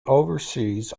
oversees